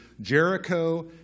Jericho